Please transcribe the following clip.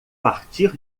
partir